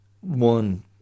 one